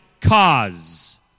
cause